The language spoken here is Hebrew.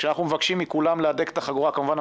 כשאנחנו מבקשים מכולם להדק את החגורה כמובן,